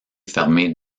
fermée